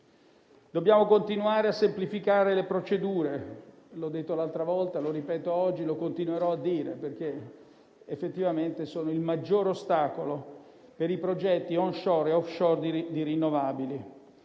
Dobbiamo continuare a semplificare le procedure: l'ho detto la volta precedente, lo ripeto oggi e lo continuerò a dire, perché effettivamente sono il maggior ostacolo per i progetti *onshore* e *offshore* di rinnovabili;